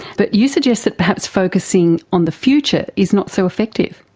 but you suggest that perhaps focusing on the future is not so effective.